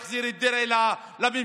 להחזיר את דרעי לממשלה,